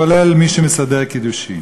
כולל מי שמסדר קידושין.